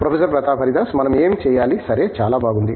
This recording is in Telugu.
ప్రొఫెసర్ ప్రతాప్ హరిదాస్ మనం ఏమి చేయాలి సరే చాలా బాగుంది